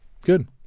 Good